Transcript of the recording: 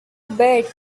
bet